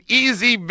easy